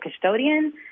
custodian